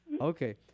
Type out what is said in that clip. Okay